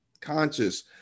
conscious